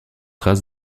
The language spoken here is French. traces